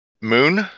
Moon